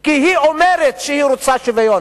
כי היא אומרת שהיא רוצה שוויון.